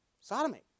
Sodomy